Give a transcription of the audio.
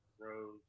Rose